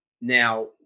Now